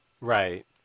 Right